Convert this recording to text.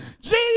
Jesus